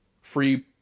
Free